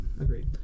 agreed